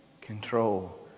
control